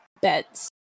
beds